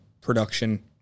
production